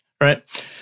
right